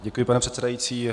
Děkuji, pane předsedající.